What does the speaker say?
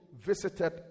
visited